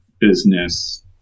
business